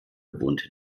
wohnte